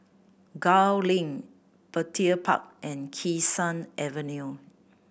Gul Link Petir Park and Kee Sun Avenue